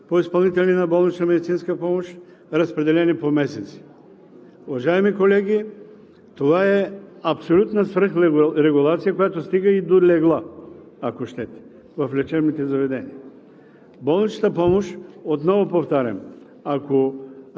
на разходите, стойността на разходите по изпълнители на болнична медицинска помощ, разпределени по месеци. Уважаеми колеги, това е абсолютна свръхрегулация, която стига и до легла, ако щете, в лечебните заведения.